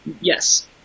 yes